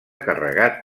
carregat